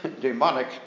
demonic